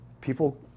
people